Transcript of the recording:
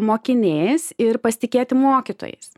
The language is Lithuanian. mokiniais ir pasitikėti mokytojais